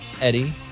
Eddie